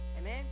Amen